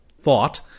thought